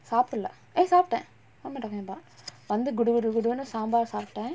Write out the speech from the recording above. சாப்டல்ல:saapdalla eh சாப்ட:saapta what am I talking about வந்து குடு குடு குடுன்னு:vanthu kudu kudu kudunnu saambar சாப்ட:saapta